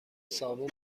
صابون